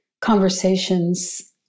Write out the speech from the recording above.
conversations